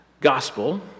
gospel